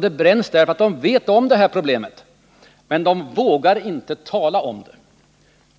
Det bränns därför att de vet om det här problemet, men de vågar inte tala om det.